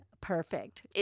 perfect